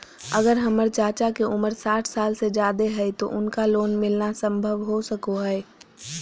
अगर हमर चाचा के उम्र साठ साल से जादे हइ तो उनका लोन मिलना संभव हो सको हइ?